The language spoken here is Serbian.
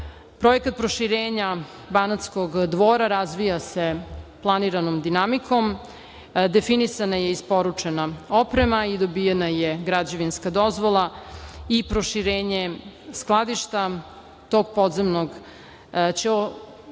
uslovima. Projekat proširenja Banatskog Dvora razvija se planiranom dinamikom. Definisana je i isporučena oprema i dobijena je građevinska dozvola i proširenje skladišta tog podzemnog će ostvariti